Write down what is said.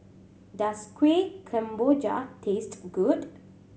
does Kuih Kemboja taste good